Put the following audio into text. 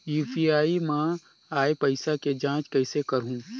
UPI मा आय पइसा के जांच कइसे करहूं?